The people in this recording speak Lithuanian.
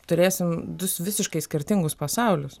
turėsim dus visiškai skirtingus pasaulius